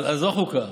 אז לא חוקה?